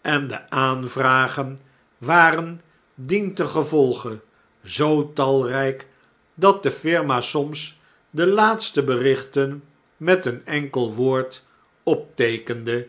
en de aanvragen waren dientengevolge zoo talrijk dat de firma soms de alaatste berichten met een enkel woord opteekende